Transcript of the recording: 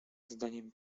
zdaniem